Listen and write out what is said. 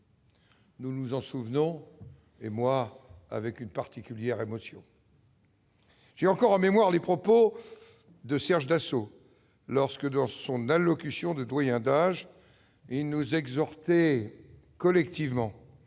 Nous nous en souvenons, et moi avec une particulière émotion. J'ai encore en mémoire les propos de Serge Dassault lorsque, dans son allocution de doyen d'âge, il nous exhortait collectivement